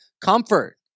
comfort